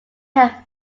had